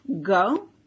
go